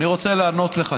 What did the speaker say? אני רוצה לענות לך.